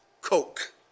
Coke